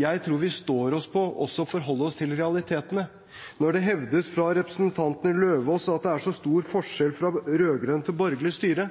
jeg tror vi står oss på å forholde oss til realitetene. Det hevdes fra representanten Lauvås at det er så stor forskjell fra rød-grønt til borgerlig styre.